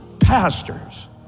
pastors